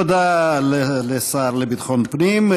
תודה לשר לביטחון הפנים.